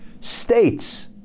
states